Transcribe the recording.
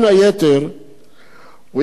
הוא יקל מאוד על הקלטת השיחות,